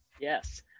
Yes